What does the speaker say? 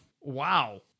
Wow